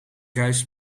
grijs